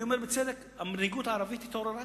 אני אומר, בצדק, המנהיגות הערבית התעוררה קצת,